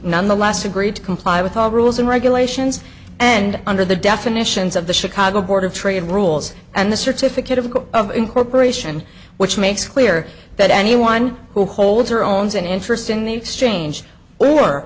nonetheless agreed to comply with all rules and regulations and under the definitions of the chicago board of trade rules and the certificate of incorporation which makes clear that anyone who holds her own as an interest in the exchange or